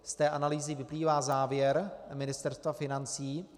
Z analýzy vyplývá závěr Ministerstva financí.